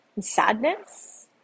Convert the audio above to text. sadness